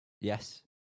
Yes